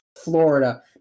Florida